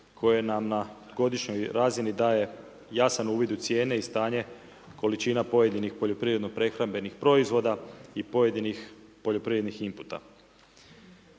koje nam na godišnjoj razini daje jasan uvid u cijene i stanje količina pojedinih poljoprivredno prehrambenih proizvoda i pojedinih poljoprivrednih imputa.